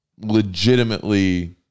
Legitimately